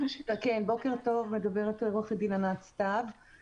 ורשות ההגירה והאוכלוסין כדי לפתור את הבעיה הנקודתית שנוצרה.